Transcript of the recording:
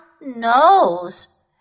nose